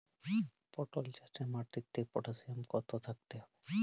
পটল চাষে মাটিতে পটাশিয়াম কত থাকতে হবে?